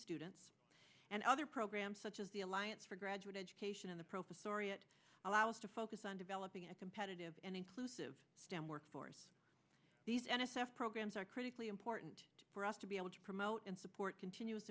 students and other programs such as the alliance for graduate education in the professoriate allow us to focus on developing a competitive and inclusive stem workforce these n s f programs are critically important for us to be able to promote and support continuous